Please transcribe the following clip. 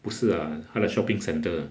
不是 ah 他的 shopping centre